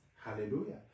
Hallelujah